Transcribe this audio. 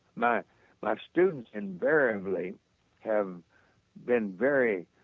my like students invariably have been very